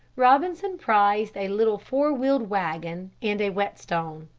robinson prized a little four-wheeled wagon and a whetstone.